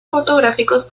fotográficos